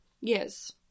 Yes